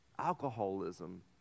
alcoholism